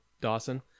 Dawson